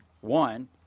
One